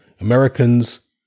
Americans